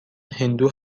هندو